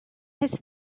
his